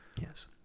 Yes